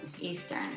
Eastern